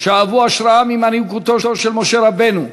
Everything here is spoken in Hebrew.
שאבו השראה ממנהיגותו של משה רבנו,